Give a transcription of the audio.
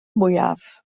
mwyaf